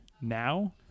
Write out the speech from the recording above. now